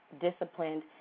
disciplined